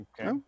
okay